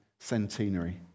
centenary